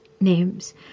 names